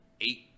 eight